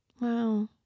Wow